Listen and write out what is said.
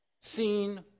seen